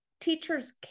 teachers